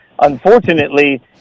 Unfortunately—